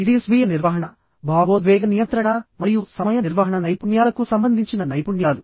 ఇది స్వీయ నిర్వహణ భావోద్వేగ నియంత్రణ మరియు సమయ నిర్వహణ నైపుణ్యాలకు సంబంధించిన నైపుణ్యాలు